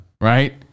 Right